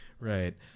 right